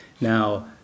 Now